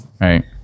Right